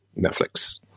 Netflix